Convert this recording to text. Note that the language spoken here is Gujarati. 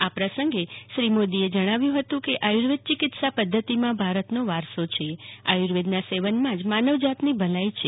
આ પ્રસંગે શ્રી મોદીએ જણાવ્યું હતું કે આયુર્વેદ ચિકિત્સા પદ્વતિમાં ભારતનો વારસો છે આયુર્વેદના સેવનમાં જ માનવજાતની ભલાઇ છે